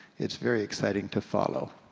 it's very exciting to follow.